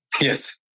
yes